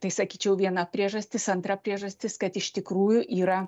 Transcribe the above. tai sakyčiau viena priežastis antra priežastis kad iš tikrųjų yra